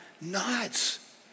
nuts